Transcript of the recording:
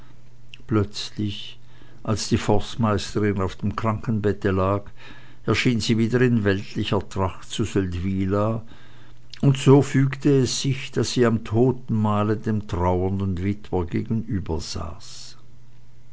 plötzlich als die forstmeisterin auf dem krankenbette lag erschien sie wieder in weltlicher tracht zu seldwyla und so fügte es sich daß sie am totenmahle dem trauernden witwer gegenübersaß